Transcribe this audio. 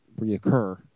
reoccur